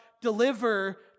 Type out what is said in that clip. deliver